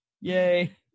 Yay